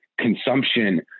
consumption